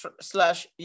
slash